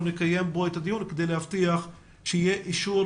אנחנו נקיים את הדיון בנוסח כדי להבטיח שיהיה אישור